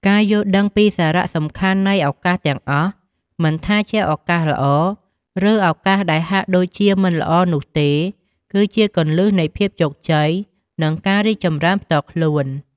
ការយល់ដឹងពីសារៈសំខាន់នៃឱកាសទាំងអស់ មិនថាជាឱកាសល្អ ឬឱកាសដែលហាក់ដូចជាមិនល្អនោះទេ គឺជា គន្លឹះនៃភាពជោគជ័យ និងការរីកចម្រើនផ្ទាល់ខ្លួន។